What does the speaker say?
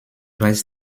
weiß